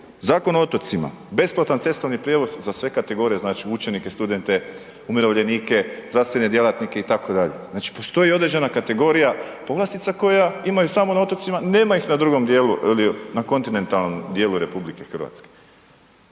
Zakon o otocima, besplatan cestovni prijevoz za sve kategorije, znači učenike, studente, umirovljenike, zdravstvene djelatnike, itd., znači postoji određena kategorija povlastica koja imaju samo na otocima, nema ih na drugom dijelu, na kontinentalnom dijelu RH.